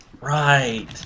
Right